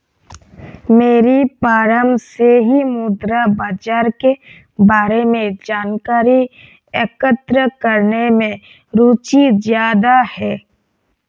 मेरी प्रारम्भ से ही मुद्रा बाजार के बारे में जानकारी एकत्र करने में रुचि ज्यादा है